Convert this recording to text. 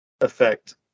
effect